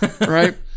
Right